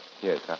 yes